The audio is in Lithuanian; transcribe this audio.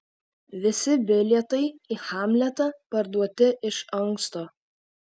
visi bilietai į hamletą parduoti iš anksto